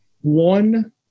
one